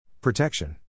Protection